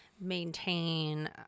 maintain